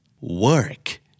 Work